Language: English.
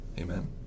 Amen